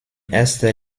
erster